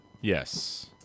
yes